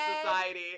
society